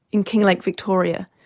in kinglake victoria.